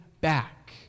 back